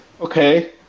okay